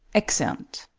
exeunt